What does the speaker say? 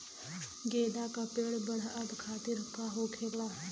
गेंदा का पेड़ बढ़अब खातिर का होखेला?